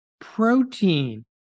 protein